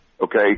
Okay